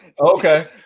Okay